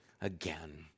again